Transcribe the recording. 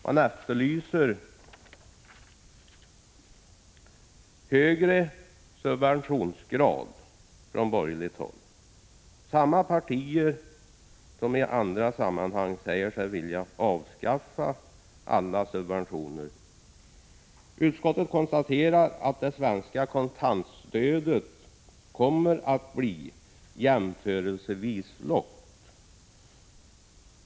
Man efterlyser högre subventionsgrad från borgerligt håll — från samma partier som i andra sammanhang säger sig vilja avskaffa alla subventioner. Utskottet konstaterar att det svenska kontantstödet kommer att bli jämförelsevis lågt.